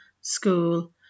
school